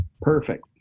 Perfect